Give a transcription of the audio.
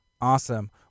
Awesome